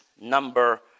number